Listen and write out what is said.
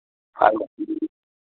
ꯐꯥꯔꯃꯥꯁꯤꯗꯒꯤ